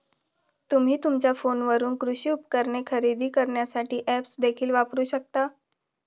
तुम्ही तुमच्या फोनवरून कृषी उपकरणे खरेदी करण्यासाठी ऐप्स देखील वापरू शकता